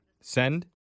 send